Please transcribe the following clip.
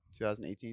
2018